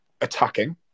attacking